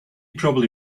probably